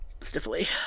stiffly